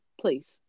please